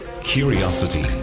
Curiosity